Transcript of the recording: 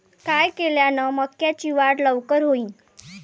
काय केल्यान मक्याची वाढ लवकर होईन?